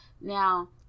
now